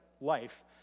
life